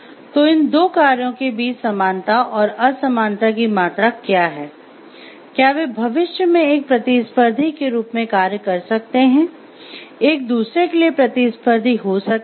तो इन दो कार्यों के बीच समानता और असमानता की मात्रा क्या है क्या वे भविष्य में एक प्रतिस्पर्धी के रूप में कार्य कर सकते हैं एक दूसरे के लिए प्रतिस्पर्धी हो सकते हैं